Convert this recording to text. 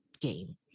game